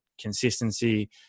consistency